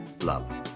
love